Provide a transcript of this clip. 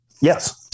Yes